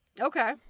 okay